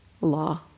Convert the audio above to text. law